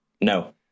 no